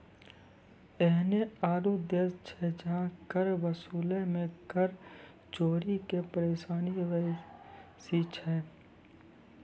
एहनो आरु देश छै जहां कर वसूलै मे कर चोरी के परेशानी बेसी छै